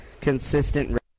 consistent